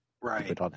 Right